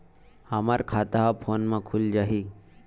हमर खाता ह फोन मा खुल जाही?